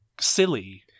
silly